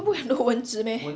那不会 很多蚊子 meh